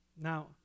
Now